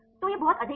तो यह बहुत अधिक है